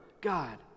God